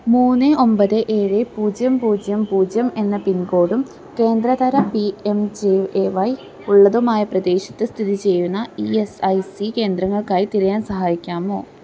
മൂന്ന് ഒമ്പത് ഏഴ് പൂജ്യം പൂജ്യം പൂജ്യം എന്ന പിൻകോഡും കേന്ദ്ര തരം P M J A Y ഉള്ളതുമായ പ്രദേശത്ത് സ്ഥിതിചെയ്യുന്ന ഇ എസ് ഐ സി കേന്ദ്രങ്ങൾക്കായി തിരയാൻ സഹായിക്കാമോ